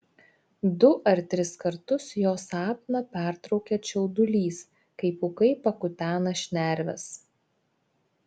du ar tris kartus jo sapną pertraukia čiaudulys kai pūkai pakutena šnerves